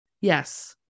yes